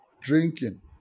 drinking